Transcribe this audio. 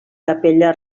capella